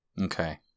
Okay